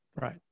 Right